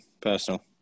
personal